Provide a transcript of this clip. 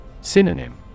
Synonym